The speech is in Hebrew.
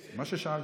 מה ששאלתי.